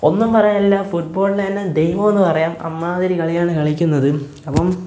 ഒന്നും പറയാനില്ല ഫുട്ബോളിൻ്റെ തന്നെ ദൈവമെന്നു പറയാം അമ്മാതിരി കളിയാണ് കളിക്കുന്നത് അപ്പം